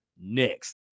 next